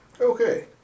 Okay